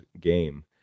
game